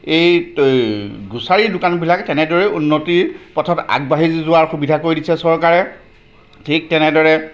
এই গ্ৰ'চাৰি দোকানবিলাক তেনেদৰেই উন্নতিৰ পথত আগবাঢ়ি যোৱাৰ সুবিধা কৰি দিছে চৰকাৰে ঠিক তেনেদৰে